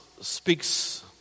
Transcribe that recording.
speaks